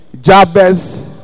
Jabez